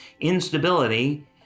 instability